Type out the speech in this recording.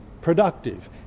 productive